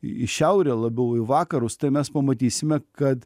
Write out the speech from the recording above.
į šiaurę labiau į vakarus tai mes pamatysime kad